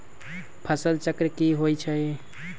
फसल चक्र की होई छै?